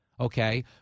okay